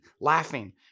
laughing